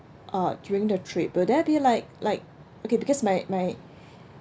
uh during the trip will there be like like okay because my my